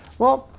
well,